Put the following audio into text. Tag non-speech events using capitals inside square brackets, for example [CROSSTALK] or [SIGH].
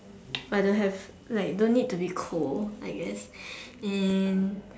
[NOISE] I don't have like don't need to be cold I guess and